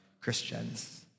Christians